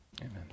amen